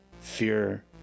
fear